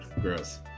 Gross